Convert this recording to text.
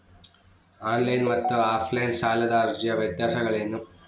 On line ಮತ್ತು offline ಸಾಲದ ಅರ್ಜಿಯ ವ್ಯತ್ಯಾಸಗಳೇನು?